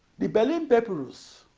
the berlin papyrus